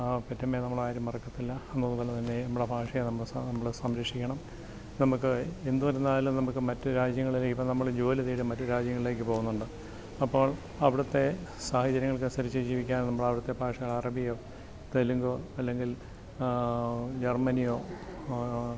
ആ പെറ്റമ്മയെ നമ്മളാരും മറക്കത്തില്ല എന്നത് പോലെ തന്നെ നമ്മളുടെ ഭാഷയെ നമ്മള് സംരക്ഷിക്കണം നമുക്ക് എന്ത് വരുന്നാലും നമുക്ക് മറ്റ് രാജ്യങ്ങളിലെ ഇപ്പം നമ്മള് ജോലിതേടി മറ്റുരാജ്യങ്ങൾലേക്ക് പോകുന്നുണ്ട് അപ്പോൾ അവിടുത്തെ സാഹചര്യങ്ങൾക്കനുസരിച്ച് ജീവിക്കാൻ നമ്മൾ അവിടുത്തെ ഭാഷകൾ അറബിയോ തെലുങ്കോ അല്ലെങ്കിൽ ജർമ്മനിയോ